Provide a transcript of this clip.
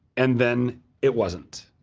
and then it wasn't.